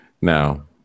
Now